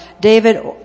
David